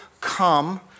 come